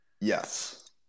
Yes